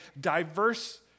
diverse